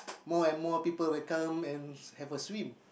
more and more people will come and have a swim